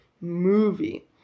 movie